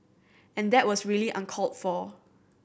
and that was really uncalled for